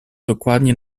dokładnie